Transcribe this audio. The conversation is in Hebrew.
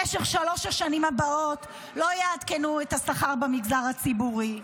במשך שלוש השנים הבאות לא יעדכנו את השכר במגזר הציבורי.